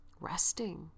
resting